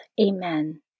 Amen